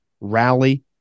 rally